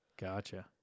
Gotcha